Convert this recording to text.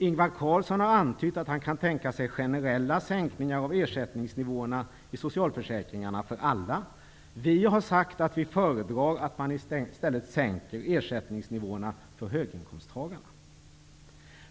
Ingvar Carlsson har antytt att han kan tänka sig generella sänkningar av ersättningsnivåerna i socialförsäkringarna för alla. Vi har sagt att vi föredrar att man i stället sänker ersättningsnivåerna för höginkomsstagarna.